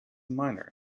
miner